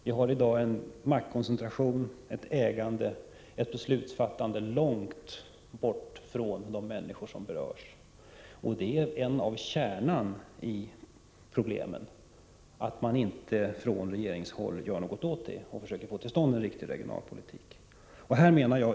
Vi har i dag en maktkoncentration, ett ägande och ett beslutsfattande långt bort från de människor som berörs. Det är något av problemets kärna att regeringen inte gör någonting åt detta och inte försöker få till stånd en riktig regionalpolitik.